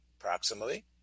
approximately